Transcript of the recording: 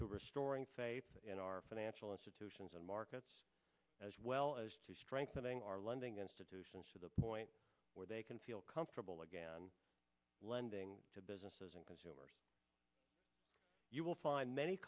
to restoring faith in our financial institutions and markets as well as to strengthening our lending institutions to the point where they can feel comfortable again lending to businesses and consumers you will find many